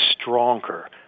stronger